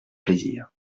plaisir